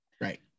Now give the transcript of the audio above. Right